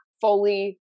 fully